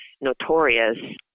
notorious